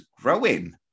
growing